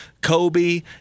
Kobe